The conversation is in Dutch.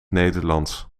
nederlands